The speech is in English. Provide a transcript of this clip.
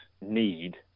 need